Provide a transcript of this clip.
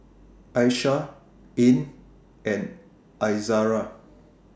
Aishah Ain and Izara